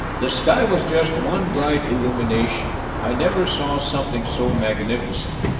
the sky was just one bright illumination, i never saw something so magnificent,